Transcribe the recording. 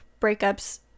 breakups